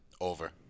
Over